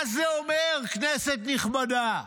מה זה אומר, כנסת נכבדה?